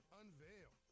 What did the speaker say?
unveil